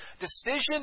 decision